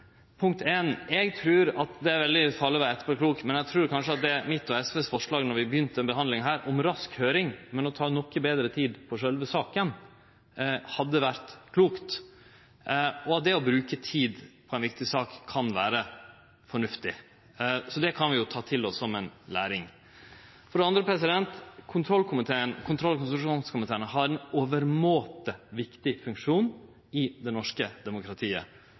det første: Det er veldig farleg å vere etterpåklok, men eg trur kanskje at mitt og SVs forslag, då vi begynte denne behandlinga – om rask høyring, men å ta seg noko betre tid på sjølve saka – hadde vore klokt, og at det å bruke tid på ei viktig sak kan vere fornuftig. Så det kan vi ta til oss som lærdom. For det andre: Kontroll- og konstitusjonskomiteen har ein overmåte viktig funksjon i det norske demokratiet.